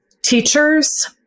teachers